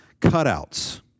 cutouts